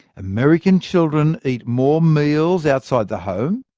american children eat more meals outside the home,